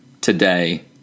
today